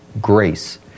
grace